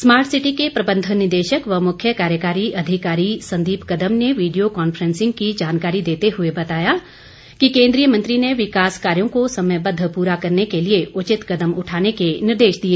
smart city के प्रबंध निदेशक व मुख्य कार्यकारी अधिकारी संदीप कदम ने वीडियो कांफ्रेंसिंग की जानकारी देते हुए बताया कि केन्द्रीय मंत्री ने विकास कार्यो को समयबद्व प्ररा करने के लिए उचित कदम उठाने के निर्देश दिए